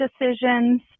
decisions